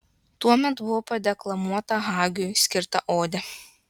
tuomet buvo padeklamuota hagiui skirta odė